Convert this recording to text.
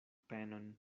penon